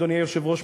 אדוני היושב-ראש,